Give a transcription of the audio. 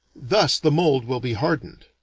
thus the mold will be hardened.